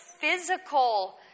physical